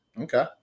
okay